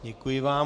Děkuji vám.